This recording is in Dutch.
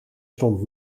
stond